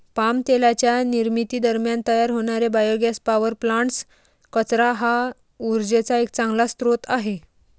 palm तेलाच्या निर्मिती दरम्यान तयार होणारे बायोगॅस पॉवर प्लांट्स, कचरा हा उर्जेचा एक चांगला स्रोत आहे